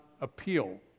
appeal